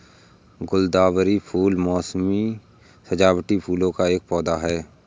गुलदावरी फूल मोसमी सजावटी फूलों का एक पौधा है